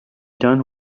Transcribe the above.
done